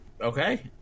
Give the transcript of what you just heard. Okay